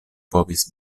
povis